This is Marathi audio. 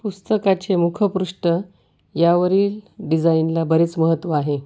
पुस्तकाचे मुखपृष्ठ यावरील डिझाईनला बरेच महत्त्व आहे